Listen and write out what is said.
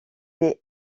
des